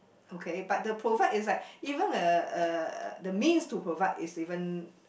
okay but the provide is like even uh the means to provide is even